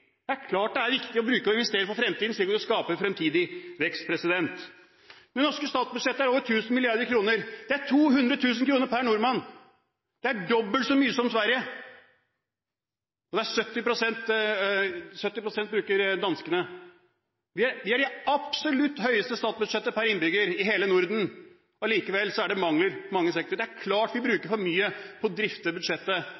Det er klart det er viktig å investere for fremtiden, slik at vi skaper fremtidig vekst. Det norske statsbudsjettet er på over 1 000 mrd. kr. Det er 200 000 kr per nordmann. Det er dobbelt så mye som i Sverige, og danskene bruker 70 pst. Vi har det absolutt største statsbudsjettet per innbygger i hele Norden. Allikevel er det mangler i mange sektorer. Det er klart at vi